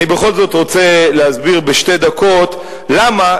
אני בכל זאת רוצה להסביר בשתי דקות למה,